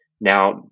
now